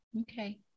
Okay